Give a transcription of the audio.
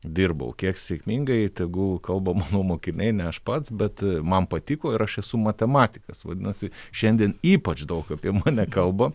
dirbau kiek sėkmingai tegul kalba mano mokiniai ne aš pats bet man patiko ir aš esu matematikas vadinasi šiandien ypač daug apie mane kalba